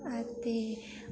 ऐं ते